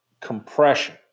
compression